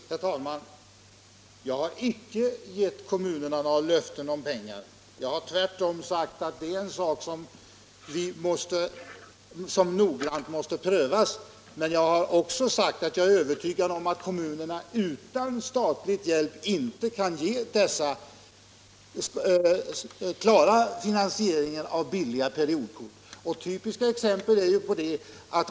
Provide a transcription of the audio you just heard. Herr talman! Jag har icke gett kommunerna några löften om pengar. Jag har tvärtom sagt att det är en sak som måste prövas noggrant. Men jag har också sagt att jag är övertygad om att kommunerna utan statlig hjälp inte kan klara finansieringen av billiga periodkort.